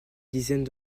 dizaines